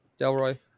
Delroy